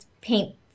paint